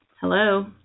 Hello